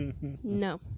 No